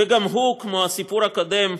וגם הוא, כמו הסיפור הקודם,